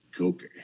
Okay